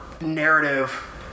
narrative